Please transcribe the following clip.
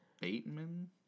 Bateman